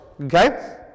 Okay